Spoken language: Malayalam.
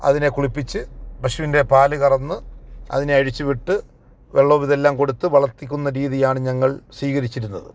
അതിനെ കുളിപ്പിച്ച് പശുവിൻ്റെ പാല് കറന്ന് അതിനെ അഴിച്ച് വിട്ട് വെള്ളവും ഇതെല്ലാം കൊടുത്ത് വളർത്തുന്ന രീതിയാണ് ഞങ്ങൾ സ്വീകരിച്ചിരുന്നത്